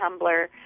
Tumblr